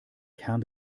kern